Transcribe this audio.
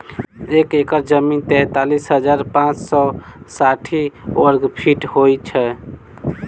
एक एकड़ जमीन तैँतालिस हजार पाँच सौ साठि वर्गफीट होइ छै